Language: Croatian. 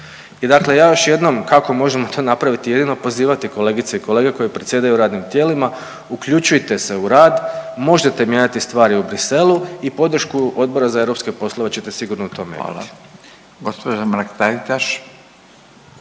i dakle ja još jednom, kako možemo to napraviti, jedino pozivati kolegice i kolege koji predsjedaju radnim tijelima, uključite se u rad, možete mijenjati stvari u Bruxellesu i podršku Odbora za europske poslove ćete sigurno u tome imati. **Radin, Furio